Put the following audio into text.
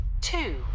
two